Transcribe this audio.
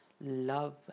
love